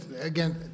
again